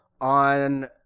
on